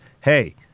hey